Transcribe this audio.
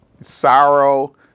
Sorrow